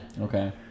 Okay